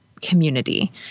community